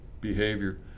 behavior